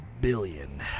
billion